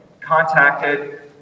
contacted